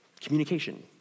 communication